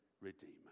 Redeemer